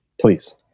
Please